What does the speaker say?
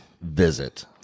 visit